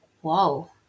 whoa